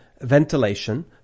ventilation